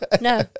No